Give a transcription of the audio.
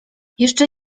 jeszcze